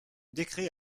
décret